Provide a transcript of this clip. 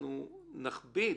אנחנו נכביד